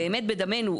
באמת בדמינו.